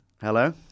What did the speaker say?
Hello